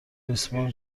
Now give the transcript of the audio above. ریسمان